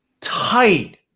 tight